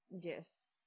Yes